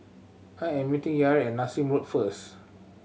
I am meeting Yair at Nassim Road first